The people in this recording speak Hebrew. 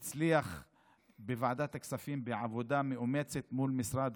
הצליח בוועדת הכספים, בעבודה מאומצת מול משרד